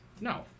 No